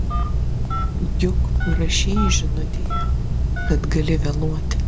juk parašei žinutėje kad gali vėluoti